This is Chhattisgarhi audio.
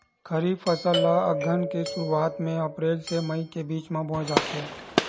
खरीफ फसल ला अघ्घन के शुरुआत में, अप्रेल से मई के बिच में बोए जाथे